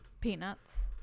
Peanuts